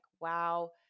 wow